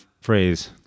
phrase